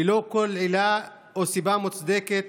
ללא כל עילה או סיבה מוצדקת